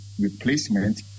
replacement